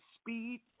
speed